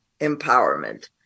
empowerment